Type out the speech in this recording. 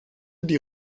die